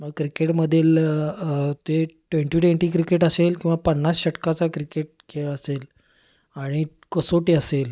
मग क्रिकेटमधील ते ट्वेंटी ट्वेंटी क्रिकेट असेल किंवा पन्नास षटकाचा क्रिकेट खेळ असेल आणि कसोटी असेल